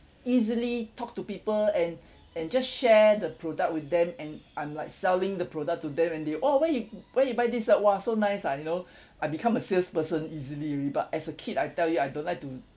easily talk to people and and just share the product with them and I'm like selling the product to them and they !wah! where you where you buy this ah !wah! so nice ah you know I become a salesperson easily already but as a kid I tell you I don't like to